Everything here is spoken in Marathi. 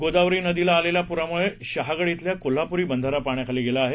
गोदावरी नदीला आलेल्या पुरामुळे शहागड श्विला कोल्हपुरी बंधारा पाण्याखाली गेला आहे